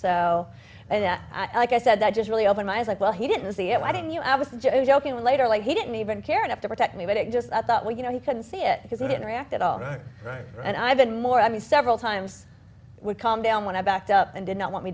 so like i said i just really opened my eyes like well he didn't see it i didn't you know i was joking later like he didn't even care enough to protect me but it just i thought well you know he couldn't see it because he didn't react at all and i've been more i mean several times would calm down when i backed up and did not let me